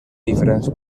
diferents